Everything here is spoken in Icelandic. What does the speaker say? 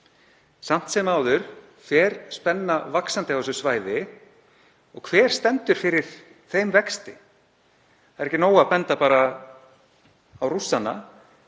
Samt sem áður fer spenna vaxandi á þessu svæði. Og hver stendur fyrir þeim vexti? Það er ekki nóg að benda bara á Rússana